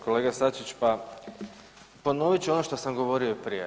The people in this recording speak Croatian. Kolega Sačić, pa ponovit ću ono što sam govorio i prije.